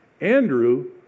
Andrew